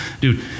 dude